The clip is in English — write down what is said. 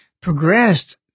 progressed